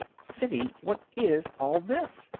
siddy, what is all this?